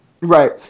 Right